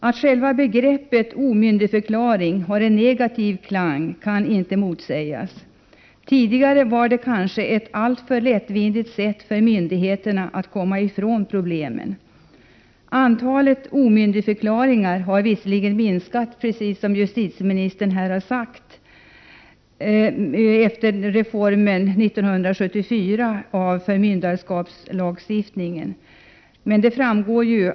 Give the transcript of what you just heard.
Att själva begreppet omyndigförklaring har en negativ klang kan inte motsägas. Tidigare var detta kanske ett alltför lättvindigt sätt för myndigheterna att komma ifrån problemen. Antalet omyndigförklaringar har visserligen minskat sedan 1974 års reform av förmyndarskapslagstiftningen, som justitieministern sade.